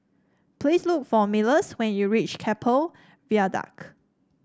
please look for Myles when you reach Keppel Viaduct